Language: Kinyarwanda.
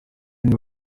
njye